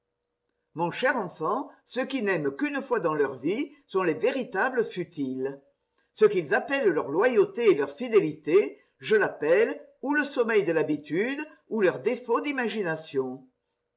mon cher enfant ceux qui n'aiment qu'une fois dans leur vie sont les véritables futiles ce qu'ils appellent leur loyauté et leur fidélité je l'appelle ou le sommeil de l'habitude ou leur défaut d'imagination